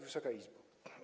Wysoka Izbo!